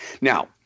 Now